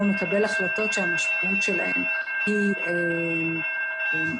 מקבל החלטות שהמשמעות שלהן היא מצב...,